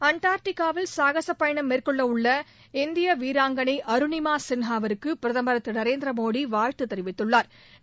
அண்டா்டிகாவில் சாகசப் பயணம் மேற்கொள்ளவுள்ள இந்திய வீராங்கனை அருளிமா சின்ஹாவிற்கு பிரதமா் திரு நரேந்திர மோடி வாழ்த்து தெரிவித்துள்ளாா்